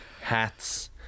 hats